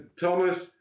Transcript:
Thomas